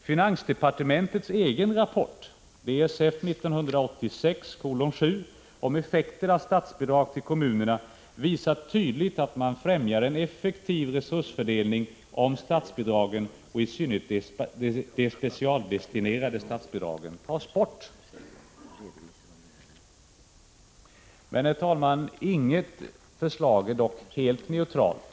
Finansdepartementets egen rapport, DSF 1986:7 om effekter av statsbidrag till kommunerna, visar tydligt att man främjar en effektiv resursfördelning, om statsbidragen — i synnerhet de specialdestinerade statsbidragen — tas bort. Men, herr talman, inget förslag är dock helt neutralt.